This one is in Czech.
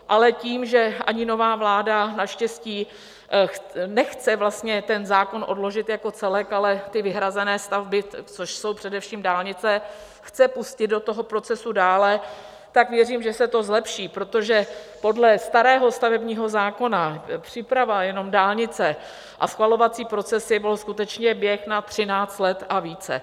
Ale tím, že ani nová vláda naštěstí nechce ten zákon odložit jako celek, ale jen vyhrazené stavby, což jsou především dálnice, chce pustit do toho procesu dále, tak věřím, že se to zlepší, protože podle starého stavebního zákona příprava jenom dálnice a schvalovací procesy byl skutečně běh na třináct let a více.